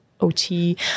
OT